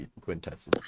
Quintessence